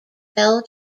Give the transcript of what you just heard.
fell